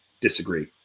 disagree